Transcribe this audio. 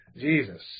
Jesus